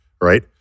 right